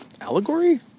allegory